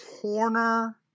corner